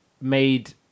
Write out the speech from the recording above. made